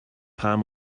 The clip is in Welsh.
pam